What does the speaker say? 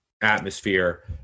atmosphere